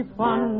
fun